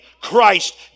Christ